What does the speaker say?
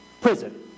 prison